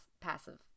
passive